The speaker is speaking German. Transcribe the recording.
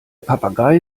papagei